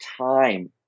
time